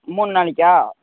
மூணு நாளைக்கா